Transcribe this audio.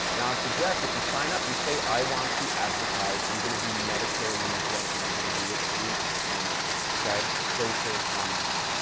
and i would suggest if you sign up, you say i want to advertise. i'm going to do medicare lead gen and i'm going to do it through commenting, okay? social commenting.